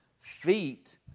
feet